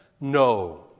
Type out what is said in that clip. No